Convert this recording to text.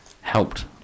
helped